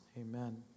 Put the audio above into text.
Amen